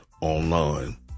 online